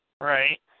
Right